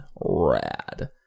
rad